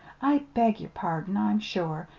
i beg yer pardon, i'm sure.